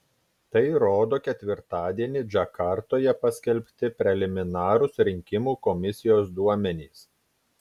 tai rodo ketvirtadienį džakartoje paskelbti preliminarūs rinkimų komisijos duomenys